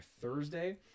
thursday